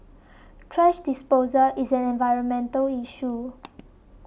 thrash disposal is an environmental issue